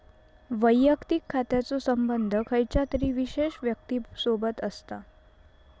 वैयक्तिक खात्याचो संबंध खयच्या तरी विशेष व्यक्तिसोबत असता